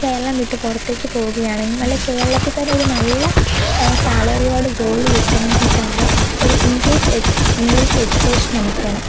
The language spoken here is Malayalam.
കേരളം വിട്ട് പുറത്തേയ്ക്ക് പോകുകയാണെങ്കിൽ അല്ലെൽ കേരളത്തിൽ തന്നെ ഒരു നല്ല സാലറിയോട് ജോലി കിട്ടണമെങ്കിൽ തന്നെ ഒരു ഇംഗ്ളീച് എജ്യൂ ഇംഗ്ളീഷ് എജ്യൂക്കേഷൻ നമുക്ക് വേണം